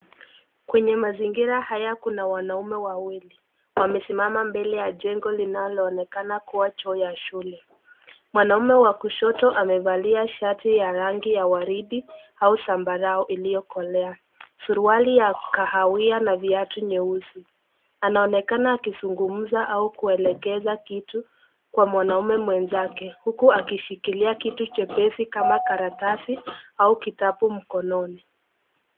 Kwenye mazingira haya kuna wanaume wawili, wamesimama mbele ya jengo linalo onekana kuwa choo ya shule. Mwanaume wa kushoto amevalia shati ya rangi ya waridi au zambarau iliyo kolea, suruali ya kahawia na viatu nyeusi. Anaonekana akizungumza au kuelekeza kitu kwa mwanaume mwenzake huku akishikilia kitu chepesi kama karatasi au kitabu mkononi.